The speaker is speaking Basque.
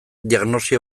diagnosi